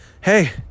hey